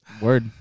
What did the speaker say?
Word